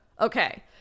Okay